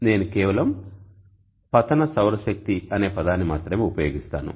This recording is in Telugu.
నేను కేవలం పతనసౌరశక్తి అనే పదాన్ని మాత్రమే ఉపయోగిస్తాను